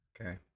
Okay